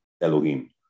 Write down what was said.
elohim